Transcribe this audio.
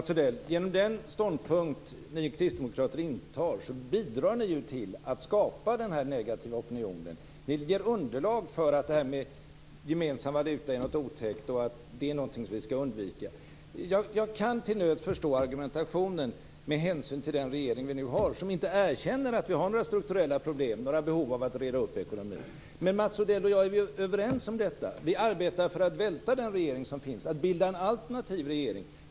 Fru talman! Genom den ståndpunkt ni kristdemokrater intar bidrar ni ju till att skapa den här negativa opinionen, Mats Odell. Ni ger underlag för att detta med gemensam valuta är något otäckt och att det är någonting som vi skall undvika. Jag kan till nöds förstå argumentationen med hänsyn till den regering som vi nu har, som inte erkänner att vi har några strukturella problem och några behov av att reda upp ekonomin. Mats Odell och jag är överens om detta. Vi arbetar för att välta den regering som finns och bilda en alternativ regering.